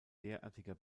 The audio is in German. derartiger